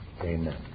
Amen